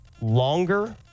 longer